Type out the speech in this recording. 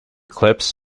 clips